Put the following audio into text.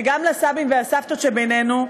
וגם לסבים ולסבתות שבינינו,